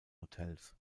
hotels